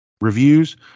reviews